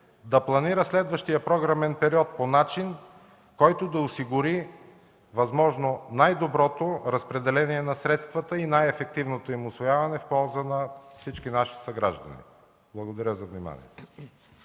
да турнира следващия програмен период по начин, който да осигури възможно най-доброто разпределение на средствата и най-ефективното им усвояване в полза на всички наши съграждани. Благодаря.